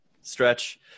stretch